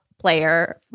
player